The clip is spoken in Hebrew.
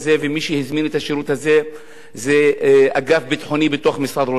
שמי שהזמין את השירות הזה הוא אגף ביטחוני בתוך משרד ראש הממשלה.